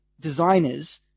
designers